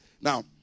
Now